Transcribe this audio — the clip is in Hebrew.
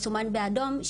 מה שמסומן באדום,